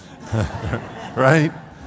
Right